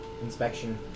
Inspection